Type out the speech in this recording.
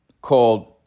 Called